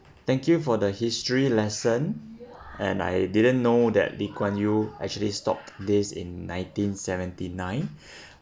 thank you for the history lesson and I didn't know that lee kuan yew actually stopped this in nineteen seventy nine